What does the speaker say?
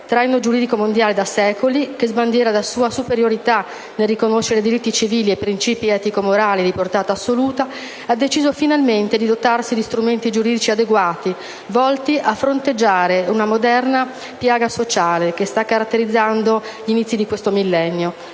traino giuridico mondiale da secoli, che sbandiera la sua superiorità nel riconoscere diritti civili e principi etico-morali di portata assoluta, ha deciso finalmente di dotarsi di strumenti giuridici adeguati volti a fronteggiare una moderna piaga sociale che sta caratterizzando tristemente gli inizi di questo millennio: